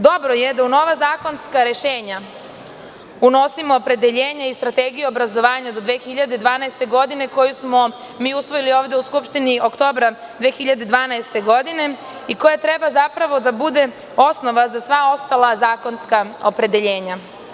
Dobro je da u nova zakonska rešenja unosimo opredeljenje i Strategiju obrazovanja do 2012. godine, koju smo mi usvojili ovde u Skupštini oktobra 2012. godine i koja treba da bude osnova za sva ostala zakonska opredeljenja.